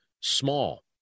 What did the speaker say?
small